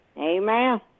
Amen